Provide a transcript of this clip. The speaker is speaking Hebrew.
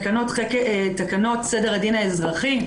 תקנות סדר הדין האזרחי,